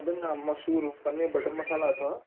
सभिनि खां मशहूर पनीर बटर मसाला अथव